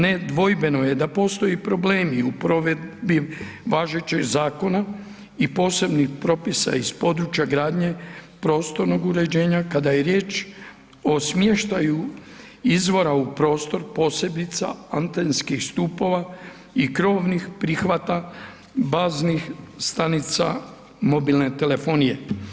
Ne dvojbeno je da postoje problemi u provedbi važećeg zakona i posebnih propisa iz područja gradnje prostornog uređenja kada je riječ o smještaju izvora u prostor posebice antenskih stupova i krovnih prihvata baznih stanica mobilne telefonije.